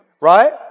Right